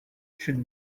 should